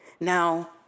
Now